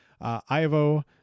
Ivo